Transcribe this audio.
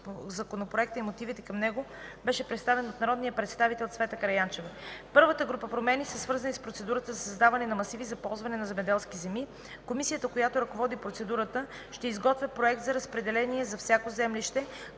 законопроектът и мотивите към него бяха представени от народния представител Цвета Караянчева. Първата група промени са свързани с процедурата за създаване на масиви за ползване на земеделски земи. Комисията, която ръководи процедурата, ще изготвя проект за разпределение за всяко землище,